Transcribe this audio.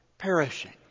Perishing